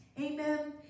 amen